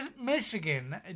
Michigan